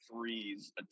threes